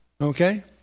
Okay